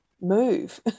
move